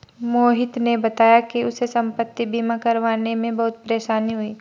मोहित ने बताया कि उसे संपति बीमा करवाने में बहुत परेशानी हुई